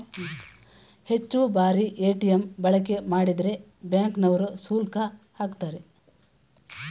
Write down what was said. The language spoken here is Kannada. ಹೆಚ್ಚು ಬಾರಿ ಎ.ಟಿ.ಎಂ ಬಳಕೆ ಮಾಡಿದ್ರೆ ಬ್ಯಾಂಕ್ ನವರು ಶುಲ್ಕ ಆಕ್ತರೆ